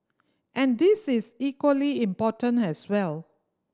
and this is equally important as well